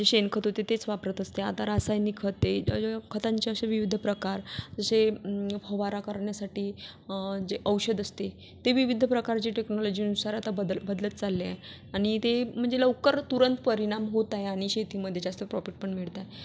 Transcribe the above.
जे शेणखत होते तेच वापरत असते आता रासायनिक खते ज ज खतांचे असे विविध प्रकार जसे फवारा करण्यासाठी जे औषध असते ते विविध प्रकारची टेक्नॉलॉजीनुसार आता बदल बदलत चालले आहे आणि ते म्हणजे लवकर तुरंत परिणाम होत आहे आणि शेतीमध्ये जास्त प्रॉपिट पण मिळत आहे